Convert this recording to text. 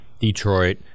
Detroit